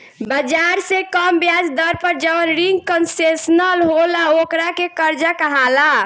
बाजार से कम ब्याज दर पर जवन रिंग कंसेशनल होला ओकरा के कर्जा कहाला